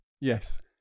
Yes